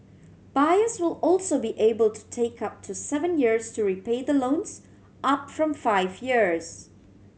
buyers will also be able to take up to seven years to repay the loans up from five years